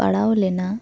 ᱯᱟᱲᱟᱣᱞᱮᱱᱟ